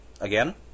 Again